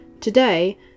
Today